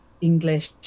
English